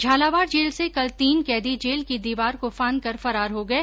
Jhalawar jail से कल तीन कैदी जेल की दीवार को फांदकर फरार हो गए